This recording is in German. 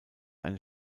eine